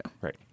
Right